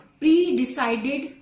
pre-decided